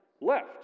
Left